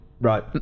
Right